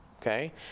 Okay